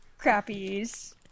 crappies